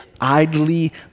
idly